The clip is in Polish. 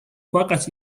płakać